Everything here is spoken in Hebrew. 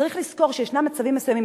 צריך לזכור שישנם מצבים מסוימים,